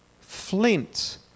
flint